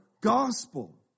gospel